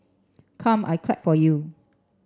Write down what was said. come I clap for you